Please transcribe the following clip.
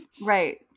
Right